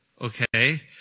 okay